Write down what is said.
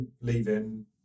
leaving